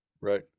right